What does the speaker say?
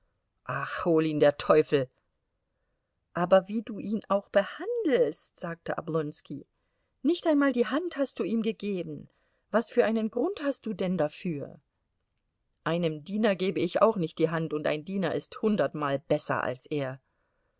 ach hol ihn der teufel aber wie du ihn auch behandelst sagte oblonski nicht einmal die hand hast du ihm gegeben was für einen grund hast du denn dafür einem diener gebe ich auch nicht die hand und ein diener ist hundertmal besser als er